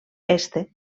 este